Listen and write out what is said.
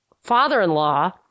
father-in-law